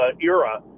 era